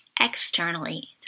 externally